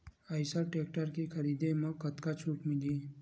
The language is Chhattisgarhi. आइसर टेक्टर के खरीदी म कतका छूट मिलही?